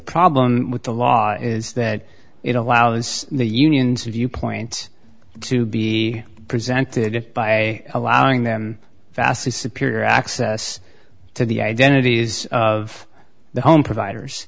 problem with the law is that it allows the unions viewpoint to be presented by allowing them vastly superior access to the identities of the home providers